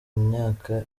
myaka